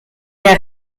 der